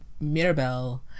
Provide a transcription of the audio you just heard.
mirabelle